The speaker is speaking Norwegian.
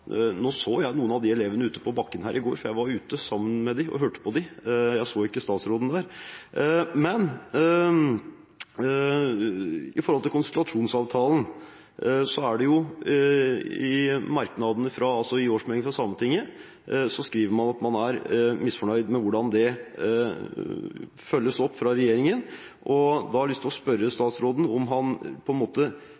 Nå så jeg noen av de elevene ute på bakken her i går, for jeg var ute sammen med dem og hørte på dem, og jeg så ikke statsråden der. Når det gjelder konsultasjonsavtalen, skriver man i årsmeldingen fra Sametinget at man er misfornøyd med hvordan den følges opp fra regjeringen. Da har jeg lyst til å spørre statsråden om han